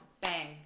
bang